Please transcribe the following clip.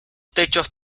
techos